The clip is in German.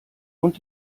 und